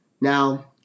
Now